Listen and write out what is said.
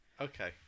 Okay